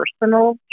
personal